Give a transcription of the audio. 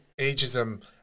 ageism